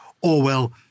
Orwell